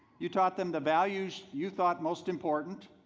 you taught them the values you thought most important,